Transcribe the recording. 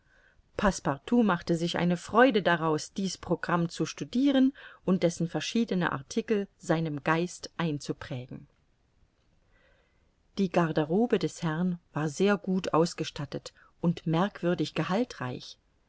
machte sich eine freude daraus dies programm zu studiren und dessen verschiedene artikel seinem geist einzuprägen die garderobe des herrn war sehr gut ausgestattet und merkwürdig gehaltreich